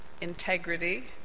integrity